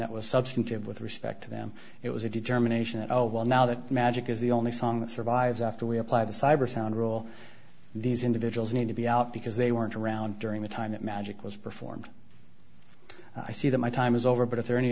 that was substantive with respect to them it was a determination that oh well now that magic is the only song that survives after we apply the cyber sound rule these individuals need to be out because they weren't around during the time that magic was performed i see that my time is over but if there a